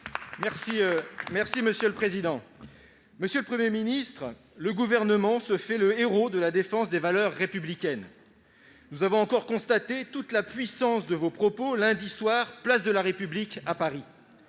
Territoires. Monsieur le Premier ministre, le Gouvernement se fait le héraut de la défense des valeurs républicaines. Nous avons encore constaté toute la puissance de vos propos, lundi soir, place de la République, à Paris.